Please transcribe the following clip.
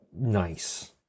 nice